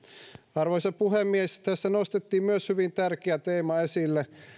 arvoisa puhemies tässä nostettiin myös hyvin tärkeä teema esille